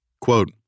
Quote